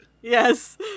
Yes